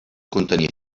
contenir